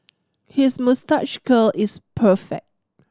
his moustache curl is perfect